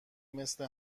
مثل